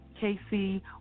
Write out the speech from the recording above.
Casey